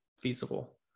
feasible